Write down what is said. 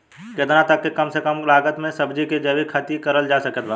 केतना तक के कम से कम लागत मे सब्जी के जैविक खेती करल जा सकत बा?